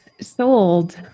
sold